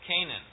Canaan